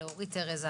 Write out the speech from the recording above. לאורית ארז,